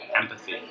Empathy